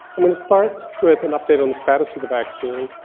i'm going to start with an update on the status of the vaccine,